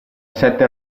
sette